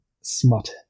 smut